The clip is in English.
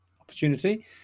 opportunity